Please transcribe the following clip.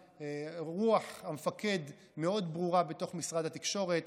רוח המפקד מאוד ברורה בתוך משרד התקשורת.